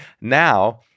now